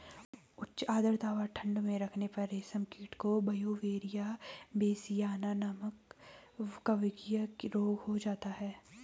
उच्च आद्रता व ठंड में रखने पर रेशम कीट को ब्यूवेरिया बेसियाना नमक कवकीय रोग हो जाता है